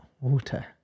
water